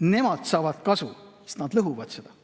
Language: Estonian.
Nemad saavad kasu, sest nad lõhuvad seda.